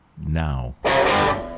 now